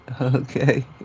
Okay